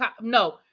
no